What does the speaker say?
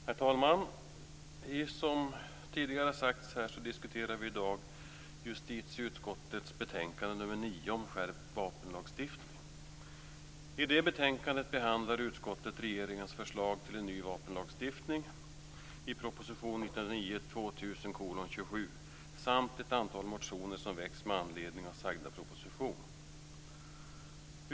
Herr talman! Som tidigare sagts här diskuterar vi i dag justitieutskottets betänkande 9 om skärpt vapenlagstiftning. I betänkandet behandlar utskottet regeringens förslag till en ny vapenlagstiftning i proposition 1999/2000:27 samt ett antal motioner som väckts med anledning av nämnda proposition.